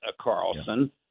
Carlson